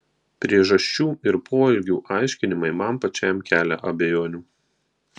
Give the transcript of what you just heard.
priežasčių ir poelgių aiškinimai man pačiam kelia abejonių